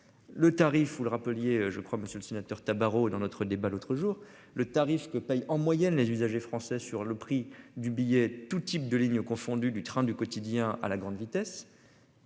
Le tarif vous le rappeliez je crois Monsieur le Sénateur Tabarot dans notre débat l'autre jour le tarif que payent en moyenne les usagers français sur le prix du billet tout type de ligne confondus du train du quotidien à la grande vitesse.--